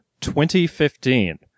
2015